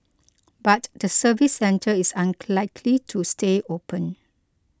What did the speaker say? but the service centre is likely to stay open